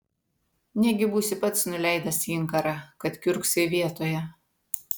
negi būsi pats nuleidęs inkarą kad kiurksai vietoje